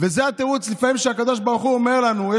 וזה התירוץ שהקדוש ברוך הוא אומר לנו לפעמים.